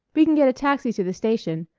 we can get a taxi to the station.